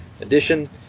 edition